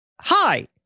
hi